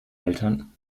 eltern